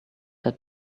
had